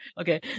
Okay